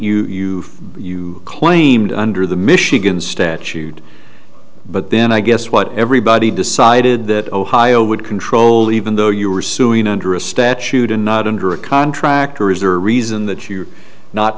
you you claimed under the michigan statute but then i guess what everybody decided that ohio would control even though you were suing under a statute and not under a contract or is there a reason that you're not